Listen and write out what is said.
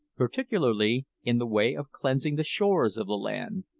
particularly in the way of cleansing the shores of the land,